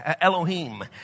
Elohim